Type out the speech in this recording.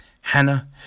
Hannah